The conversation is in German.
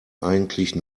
eigentlich